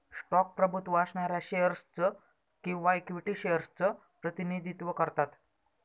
stock प्रभुत्व असणाऱ्या shares च किंवा इक्विटी शेअर्स च प्रतिनिधित्व करतात